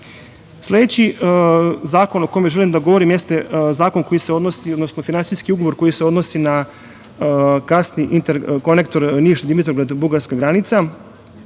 zakon o kome želim da govorim, jeste zakon koji se odnosi, odnosno finansijski ugovor koji se odnosi na Gasni interkonektor Niš-Dimitrovgrad-Bugarska granica